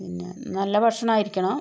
പിന്നെ നല്ല ഭക്ഷണം ആയിരിക്കണം